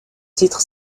titre